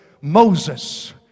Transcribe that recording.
Moses